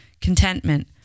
contentment